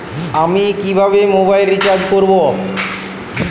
আমি কিভাবে mobile recharge করব?